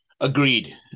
Agreed